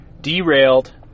derailed